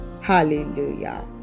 hallelujah